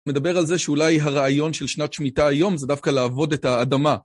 מדבר על זה שאולי הרעיון של שנת שמיטה היום זה דווקא לעבוד את האדמה.